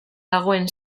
dagoen